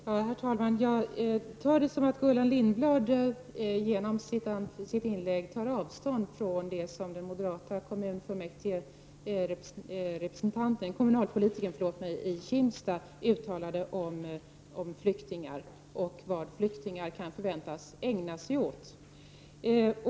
Herr talman! Jag uppfattar det så att Gullan Lindblad genom sitt inlägg tar avstånd från det som den moderata kommunalpolitikern i Kimstad uttalade om flyktingar och vad flyktingar kan förväntas ägna sig åt.